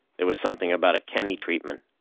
there was something about a kenny treatment.